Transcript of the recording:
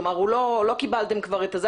כלומר, לא קיבלתם את הזה.